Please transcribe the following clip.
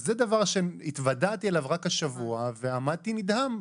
זה דבר שהתוודעתי אליו רק השבוע ועמדתי נדהם.